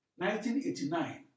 1989